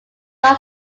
not